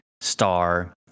star